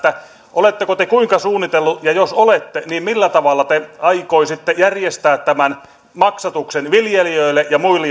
oletteko te kuinka tämän suunnitelleet ja jos olette niin millä tavalla te aikoisitte järjestää tämän maksatuksen viljelijöille ja muille